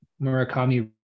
Murakami